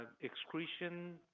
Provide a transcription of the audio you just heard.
excretion